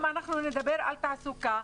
אם אנחנו נדבר על תעסוקה,